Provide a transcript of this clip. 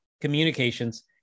communications